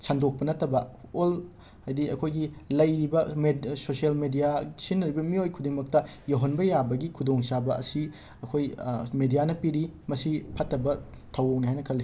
ꯁꯟꯗꯣꯛꯄ ꯅꯠꯇꯕ ꯑꯣꯜ ꯍꯥꯏꯗꯤ ꯑꯩꯈꯣꯏꯒꯤ ꯂꯩꯔꯤꯕ ꯃꯦꯗ ꯁꯣꯁꯤꯌꯦꯜ ꯃꯦꯗꯤꯌꯥ ꯁꯤꯖꯤꯟꯅꯔꯤꯕ ꯃꯤꯑꯣꯏ ꯈꯨꯗꯤꯡꯃꯛꯇ ꯌꯧꯍꯟꯕ ꯌꯥꯕꯒꯤ ꯈꯨꯗꯣꯡꯆꯥꯕ ꯑꯁꯤ ꯑꯩꯈꯣꯏ ꯃꯦꯗꯤꯌꯥꯅ ꯄꯤꯔꯤ ꯃꯁꯤ ꯐꯠꯇꯕ ꯊꯧꯑꯣꯡꯅꯤ ꯍꯥꯏꯅ ꯈꯜꯂꯤ